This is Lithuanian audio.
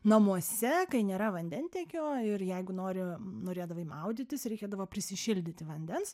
namuose kai nėra vandentiekio ir jeigu nori norėdavai maudytis reikėdavo prisišildyti vandens